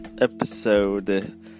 episode